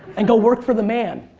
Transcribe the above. and go work for the man.